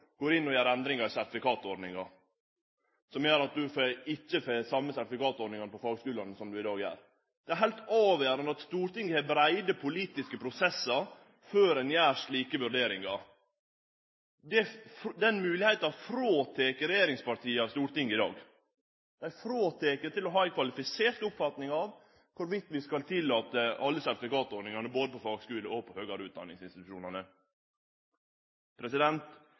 går inn og gjer endringar i sertifikatordninga, slik at ein ikkje får den same sertifikatordninga i fagskulane som det ein har i dag. Det er heilt avgjerande at Stortinget har breie politiske prosessar før ein gjer slike vurderingar. Den moglegheita tek regjeringspartia frå Stortinget i dag. Dei tek frå ein det å ha ei kvalifisert oppfatning av om vi skal tillate alle sertifikatordningane både i fagskulane og i dei høgare